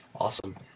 Awesome